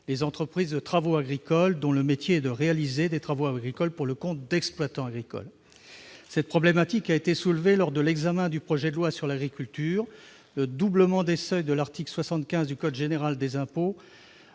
les entreprises de travaux agricoles dont le métier est de réaliser des travaux agricoles pour le compte d'exploitants agricoles. Cette problématique a été soulevée lors de l'examen du projet de loi sur l'agriculture. Le doublement des seuils prévus à l'article 75 du code général des impôts